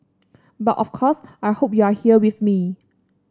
but of course I hope you're here with me